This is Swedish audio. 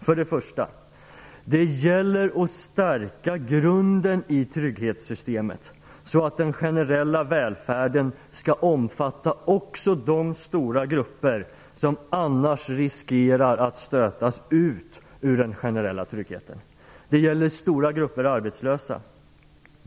För det första gäller det att stärka grunden i trygghetssystemet så att den generella välfärden skall omfatta också de stora grupper som annars riskerar att stötas ut ur den generella tryggheten. Det gäller stora grupper arbetslösa.